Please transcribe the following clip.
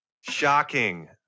Shocking